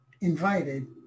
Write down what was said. invited